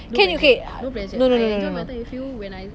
can okay no no no no no